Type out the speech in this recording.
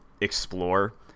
explore